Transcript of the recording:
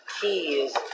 keys